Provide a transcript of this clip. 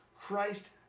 Christ